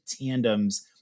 tandems